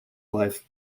life